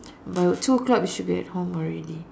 by two o-clock we should be at home already